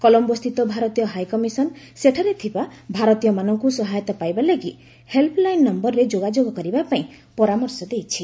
କଲମ୍ଘୋସ୍ଥିତ ଭାରତୀୟ ହାଇକମିସନ ସେଠାରେ ଥିବା ଭାରତୀୟମାନଙ୍କୁ ସହାୟତା ପାଇବା ଲାଗି ହେଲ୍ପଲାଇନ୍ ନୟରରେ ଯୋଗାଯୋଗ କରିବା ପାଇଁ ପରାମର୍ଶ ଦେଇଛି